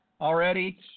already